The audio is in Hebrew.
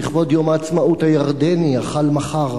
ולכבוד יום העצמאות הירדני החל מחר,